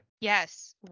Yes